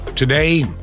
Today